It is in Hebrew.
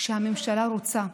כשהממשלה רוצה.